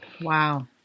Wow